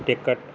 ticket